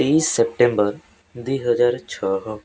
ତେଇଶ ସେପ୍ଟେମ୍ବର ଦୁଇ ହଜାର ଛଅ